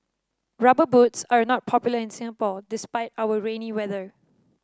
rubber boots are not popular in Singapore despite our rainy weather